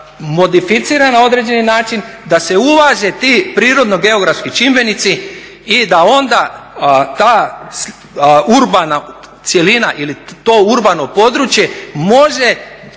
modificira na određeni način, da se uvaže ti prirodno geografski čimbenici i da onda ta urbana cjelina ili to urbano područje može